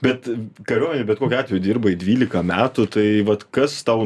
bet kariuomenėj bet kokiu atveju dirbai dvylika metų tai vat kas tau